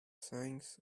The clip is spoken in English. signs